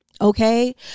okay